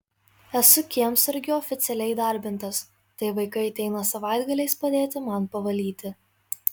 esu kiemsargiu oficialiai įdarbintas tai vaikai ateina savaitgaliais padėti man pavalyti